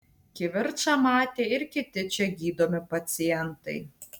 kivirčą matė ir kiti čia gydomi pacientai